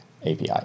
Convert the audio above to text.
API